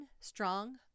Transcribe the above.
strong